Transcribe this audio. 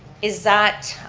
is that